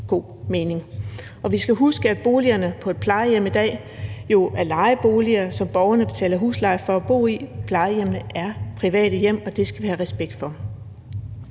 god mening. Vi skal huske, at boligerne på et plejehjem i dag er lejeboliger, som borgerne betaler husleje for at bo i. Plejehjemmene er private hjem, og det skal vi have respekt for.